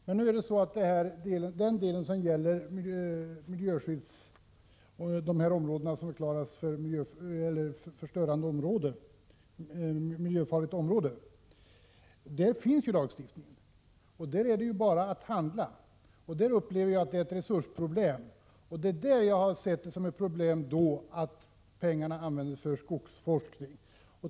Men nu är det så att i den del som gäller miljöfarliga eller miljöstörande verksamheter finns det lagstiftning, och där är det bara att handla. Det här upplever jag som en resursfråga, och det är därför jag har sett det som ett problem att pengarna används för skogsforskningen.